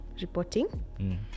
reporting